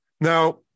now